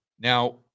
Now